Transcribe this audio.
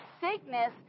sickness